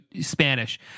Spanish